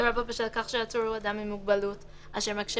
לרבות בשל כך שהעצור הוא אדם עם מוגבלות אשר מקשה